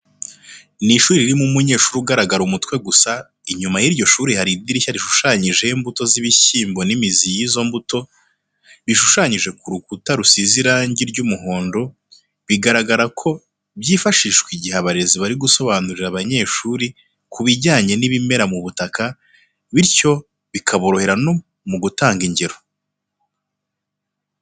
Ni ishuri ririmo umunyeshuri ugaragara umutwe gusa, inyuma y'iryo shuri hari idirishya rishushanyijeho imbuto z'ibishyimbo n'imizi y'izo mbuto, bishushanyije ku rukuta rusize irange ry'umuhondo, bigaragara ko byifashishwa igihe abarezi bari gusobanurira abanyeshuri kubijyanye n'ibimera mu butaka, bityo bikaborohera no mu gutanga ingero.